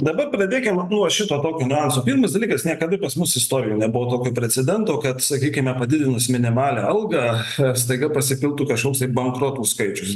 dabar pradėkim nuo šito tokio niuanso pirmas dalykas niekada pas mus istorijoj nebuvo tokio precedento kad sakykime padidinus minimalią algą staiga pasipiltų kažkoks tai bankrotų skaičius